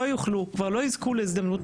כבר לא יזכו להזדמנות,